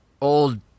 old